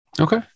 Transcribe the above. Okay